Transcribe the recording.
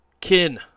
kin